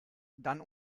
dann